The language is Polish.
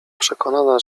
przekonana